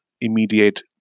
immediate